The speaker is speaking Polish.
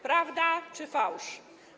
Prawda, czy fałsz?